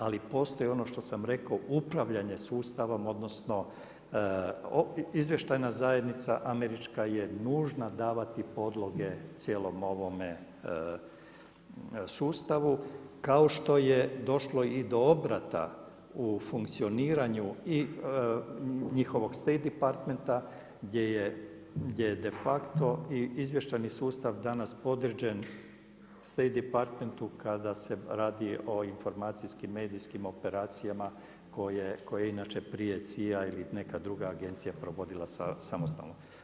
Ali postoji ono što sam rekao upravljanje sustavom odnosno izvještajna zajednica američka je nužna davati podloge cijelom ovome sustavu kao što je došlo i do obrata u funkcioniranju i njihovog State Department gdje je de facto i izvještajni sustav danas podređen State Departmentu kada se radi o informacijskim, medijskim operacijama koje je inače prije CIA ili neka druga agencija provodila samostalno.